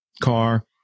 car